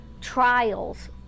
trials